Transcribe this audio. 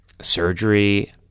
surgery